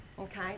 okay